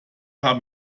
haben